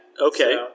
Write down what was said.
Okay